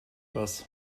was